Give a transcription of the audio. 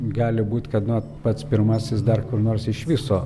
gali būt kad nu vat pats pirmasis dar kur nors iš viso